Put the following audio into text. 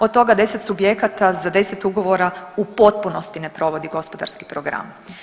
Od toga 10 subjekata, za 10 ugovora u potpunosti ne provodi gospodarski program.